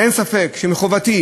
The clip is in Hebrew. אין ספק שמחובתי